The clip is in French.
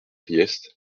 priest